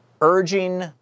urging